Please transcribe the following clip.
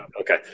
okay